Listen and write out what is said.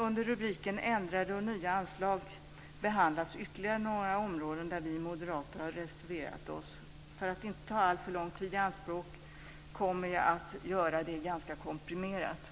Under rubriken Ändrade och nya anslag samt ändrade ramar för utgiftsområden för år 2001 behandlas ytterligare några områden där vi moderater har reserverat oss. För att inte ta alltför lång tid i anspråk kommer jag att kommentera det komprimerat.